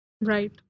right